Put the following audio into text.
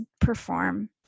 perform